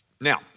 Now